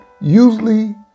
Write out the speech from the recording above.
usually